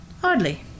Hardly